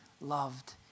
loved